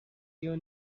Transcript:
you